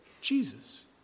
Jesus